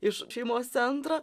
iš šeimos centro